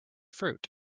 fruit